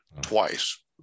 twice